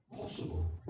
possible